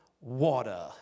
water